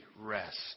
rest